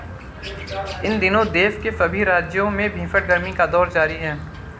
इन दिनों देश के सभी राज्यों में भीषण गर्मी का दौर जारी है